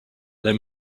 let